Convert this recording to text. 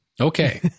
Okay